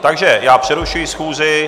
Takže já přerušuji schůzi.